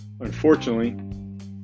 Unfortunately